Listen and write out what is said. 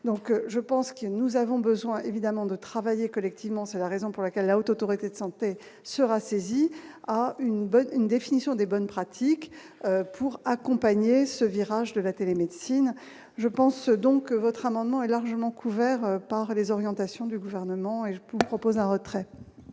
donc je pense que nous avons besoin évidemment de travailler collectivement, c'est la raison pour laquelle la Haute autorité de santé sera saisi une bonne définition des bonnes pratiques pour accompagner ce virage de la télémédecine, je pense, donc votre amendement est largement couvert par les orientations du gouvernement, il propose un retrait.